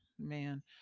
man